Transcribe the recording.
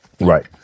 Right